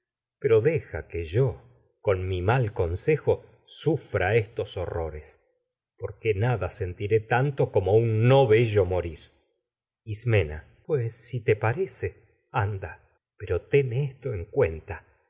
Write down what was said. pero deja que yo con mi consejo sufra estos horrores como un no porque nada sentiré tanto bello morir ismena pues si te parece anda pero ten esto en muy cuenta